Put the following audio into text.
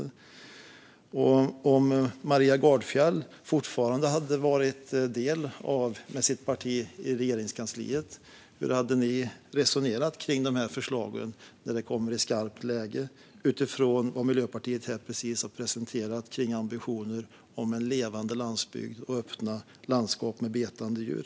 Jag undrar hur det skulle vara om Maria Gardfjells parti fortfarande hade varit en del av Regeringskansliet. Hur hade ni resonerat kring dessa förslag när det blir skarpt läge? Det undrar jag utifrån vad Miljöpartiet precis har presenterat kring ambitioner om en levande landsbygd och öppna landskap med betande djur.